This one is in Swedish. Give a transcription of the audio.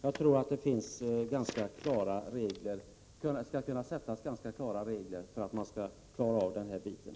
Jag tror att det kan utformas ganska klara regler för hur man skall hantera den här biten.